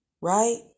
right